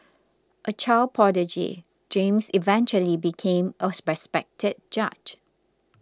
a child prodigy James eventually became a respected judge